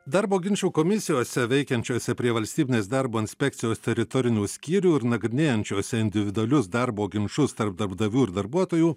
darbo ginčų komisijose veikiančiose prie valstybinės darbo inspekcijos teritorinių skyrių ir nagrinėjančiuose individualius darbo ginčus tarp darbdavių ir darbuotojų